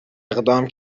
اقدام